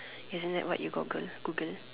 ya isn't that what you Google Google